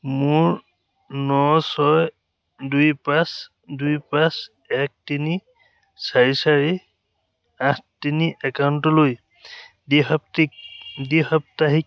মোৰ ন ছয় দুই পাঁচ দুই পাঁচ এক তিনি চাৰি চাৰি আঠ তিনি একাউণ্টলৈ দ্বি সাপ্তিক দ্বি সাপ্তাহিক